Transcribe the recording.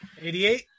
88